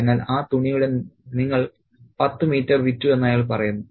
അതിനാൽ ആ തുണിയുടെ നിങ്ങൾ പത്ത് മീറ്റർ വിറ്റു എന്ന് അയാൾ പറയുന്നു